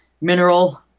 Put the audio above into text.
mineral